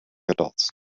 adults